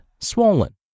swollen